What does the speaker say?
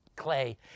Clay